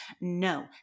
no